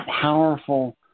powerful